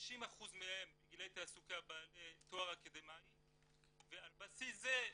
50% בגילאי תעסוקה בעלי תואר אקדמאי ועל בסיס זה,